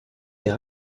des